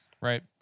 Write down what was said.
Right